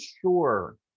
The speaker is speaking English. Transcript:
sure